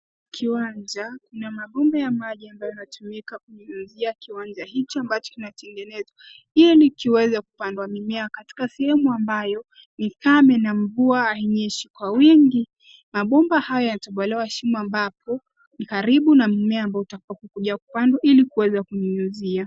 Kiwanja, kuna mabomba ya maji ambayo yanatumika kunyunyuzia kiwanja hiki ambacho kinatengenezwa ili kiweze kupandwa mimea, katika sehemu ambayo ni kame na mvua hainyeshi kwa wingi. Mabomba haya yanatobolewa shimo ambapo ni karibu na mmea ambao utakao kuja kupandwa ili kuweza kunyunyuzia.